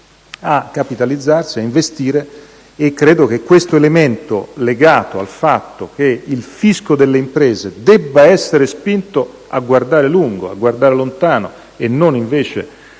a capitalizzarsi, ad investire. Credo che questo elemento, legato al fatto che il fisco delle imprese debba essere spinto a guardare lontano e non soltanto